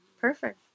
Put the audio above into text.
Perfect